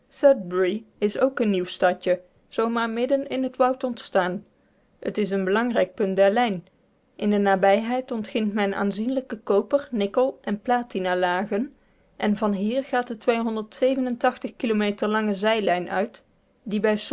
is ook een nieuw stadje zoo maar midden in het woud ontstaan het is een belangrijk punt der lijn in de nabijheid ontgint men aanzienlijke koper nikkel en platinalagen en van hier gaat de kilometer lange zijlijn uit die bij